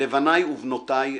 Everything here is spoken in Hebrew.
לבניי ובנותיי.